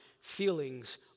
feelings